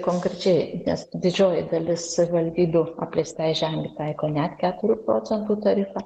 konkrečiai nes didžioji dalis savivaldybių apleistai žemei taiko net keturių procentų tarifą